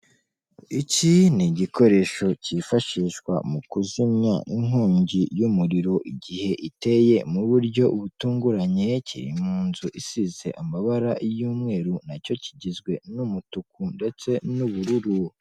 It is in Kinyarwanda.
Iki ni igikoresho cyifashishwa mu kuzimya inkongi y'umuriro igihe iteye mu buryo butunguranye, kiri mu nzu isize amabara y'umweru, na cyo kigizwe n'umutuku ndetse n'ubururu.